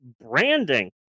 branding